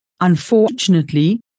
Unfortunately